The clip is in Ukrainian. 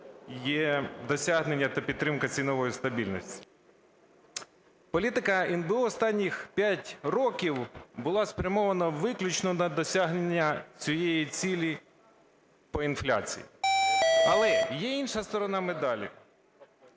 є досягнення та підтримка цінової стабільності. Політика НБУ останні 5 років була спрямована виключно на досягнення цієї цілі по інфляції. Але є інша сторона медалі.